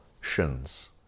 shins